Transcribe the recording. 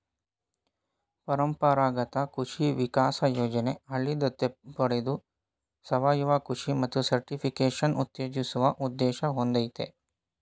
ಪರಂಪರಾಗತ ಕೃಷಿ ವಿಕಾಸ ಯೋಜನೆ ಹಳ್ಳಿ ದತ್ತು ಪಡೆದು ಸಾವಯವ ಕೃಷಿ ಮತ್ತು ಸರ್ಟಿಫಿಕೇಷನ್ ಉತ್ತೇಜಿಸುವ ಉದ್ದೇಶ ಹೊಂದಯ್ತೆ